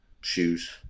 shoes